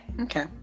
Okay